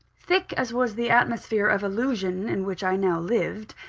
thick as was the atmosphere of illusion in which i now lived,